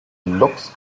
looks